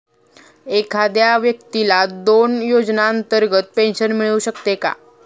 एखाद्या व्यक्तीला दोन योजनांतर्गत पेन्शन मिळू शकते का?